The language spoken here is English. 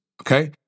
Okay